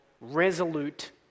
resolute